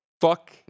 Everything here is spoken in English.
Fuck